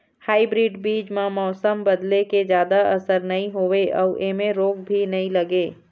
hybrid बीज म मौसम बदले के जादा असर नई होवे अऊ ऐमें रोग भी नई लगे